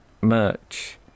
merch